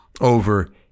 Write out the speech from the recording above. over